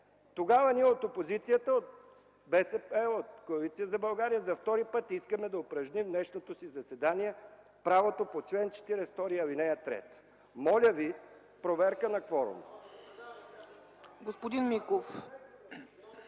Тогава ние от опозицията, от Коалиция за България, за втори път искаме да упражним в днешното заседание правото си по чл. 42, ал. 3. Моля Ви – проверка на кворума!